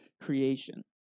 creation